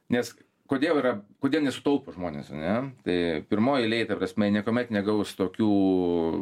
nes kodėl yra kodėl nesutaupo žmonės ane tai pirmoj eilėj ta prasme jie niekuomet negaus tokių